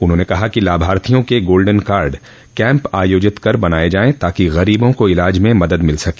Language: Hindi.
उन्होंने कहा कि लाभार्थियों के गोल्डेन कार्ड कैम्प आयोजित कर बनाये जायें ताकि गरीबों को इलाज में मदद मिल सके